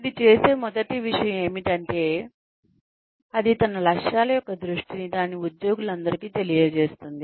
ఇది చేసే మొదటి విషయం ఏమిటంటే అది తన లక్ష్యాల యొక్క దృష్టిని దాని ఉద్యోగులందరికీ తెలియజేస్తుంది